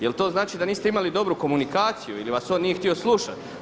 Jel' to znači da niste imali dobru komunikaciju ili vas on nije htio slušati.